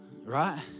Right